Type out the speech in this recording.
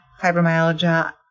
fibromyalgia